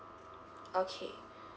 okay